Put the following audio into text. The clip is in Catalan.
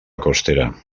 costera